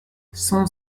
son